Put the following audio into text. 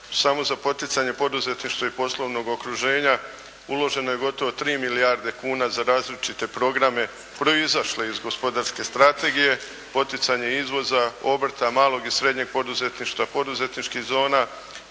samo za poticanje poduzetništva i poslovnog okruženja. Uloženo je gotovo 3 milijarde kuna za različite programe proizašle iz gospodarske strategije, poticanje izvoza, obrta, malog i srednjeg poduzetništva, poduzetničkih zona,